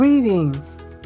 Greetings